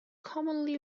commonly